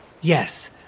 Yes